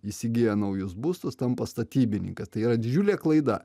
įsigiję naujus būstus tampa statybininkais tai yra didžiulė klaida